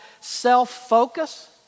self-focus